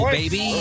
baby